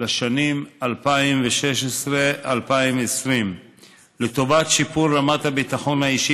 לשנים 2020-2016 לטובת שיפור רמת הביטחון האישי